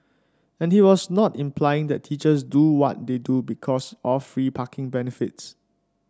and he was also not implying that teachers do what they do because of free parking benefits